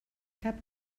cap